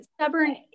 stubborn